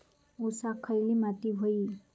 ऊसाक खयली माती व्हयी?